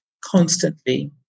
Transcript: constantly